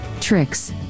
tricks